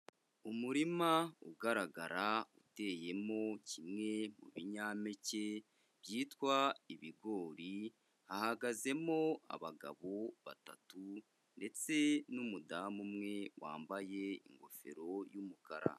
Umurima ugaragara uteyemo kimwe mu binyampeke byitwa ibigori hahagazemo abagabo batatu ndetse n'umudamu umwe wambaye ingofero y'umukara.